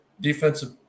Defensive